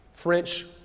French